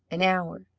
an hour,